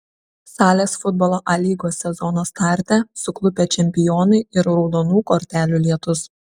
salės futbolo a lygos sezono starte suklupę čempionai ir raudonų kortelių lietus